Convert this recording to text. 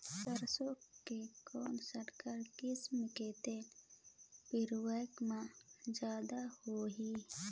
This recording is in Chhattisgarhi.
सरसो के कौन संकर किसम मे तेल पेरावाय म जादा होही?